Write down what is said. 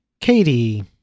Katie